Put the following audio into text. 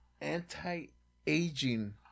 anti-aging